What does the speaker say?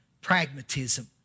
Pragmatism